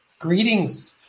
greetings